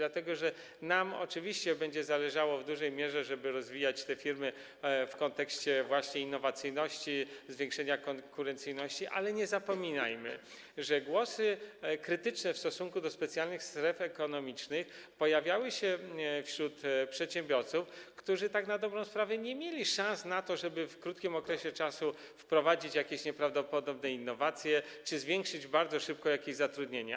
Nam będzie zależało w dużej mierze na tym, żeby rozwijać firmy w kontekście właśnie innowacyjności, zwiększenia konkurencyjności, ale nie zapominajmy, że głosy krytyczne w stosunku do specjalnych stref ekonomicznych pojawiały się wśród przedsiębiorców, którzy na dobrą sprawę nie mieli szans na to, żeby w krótkim czasie wprowadzić jakieś nieprawdopodobne innowacje czy bardzo szybko zwiększyć zatrudnienie.